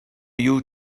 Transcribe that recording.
you